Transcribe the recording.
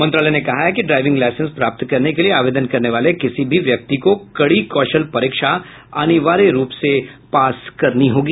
मंत्रालय ने कहा है कि ड्राइविंग लाइसेंस प्राप्त करने के लिए आवेदन करने वाले किसी भी व्यक्ति को कड़ी कौशल परीक्षा अनिवार्य रूप से पास करनी होगी